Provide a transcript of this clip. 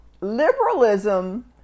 liberalism